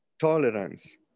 tolerance